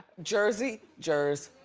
jersey jers,